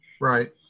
Right